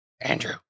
Andrew